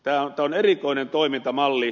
tämä on erikoinen toimintamalli